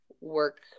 work